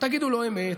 תגידו לא אמת,